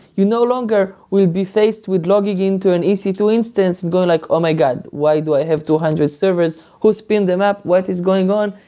you no longer will be faced with logging into an e c two and going like, oh my god! why do i have two hundred servers? who spinned them up? what is going on?